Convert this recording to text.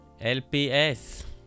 LPS